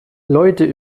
leute